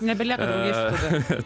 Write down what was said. nebelieka draugysčių tada